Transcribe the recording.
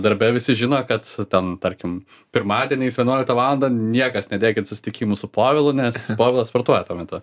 darbe visi žino kad tam tarkim pirmadieniais vienuoliktą valandą niekas nedėkit susitikimų su povilu nes povilas sportuoja tuo metu